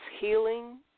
healing